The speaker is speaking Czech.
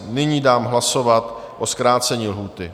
Nyní dám hlasovat o zkrácení lhůty.